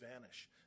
vanish